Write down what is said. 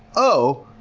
oh,